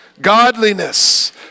godliness